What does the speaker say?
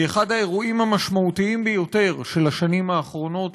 היא אחד האירועים המשמעותיים ביותר של השנים האחרונות,